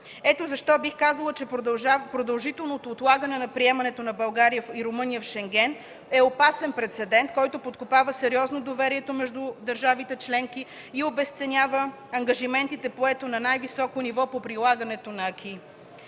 Ето защо бих казал, че продължителното отлагане на приемането на България и Румъния в Шенген е опасен прецедент, който подкопава сериозно доверието между държавите членки и обезценява ангажиментите, поети на най-високо ниво по прилагането на „аки”.